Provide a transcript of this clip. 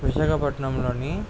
విశాఖపట్నంలోని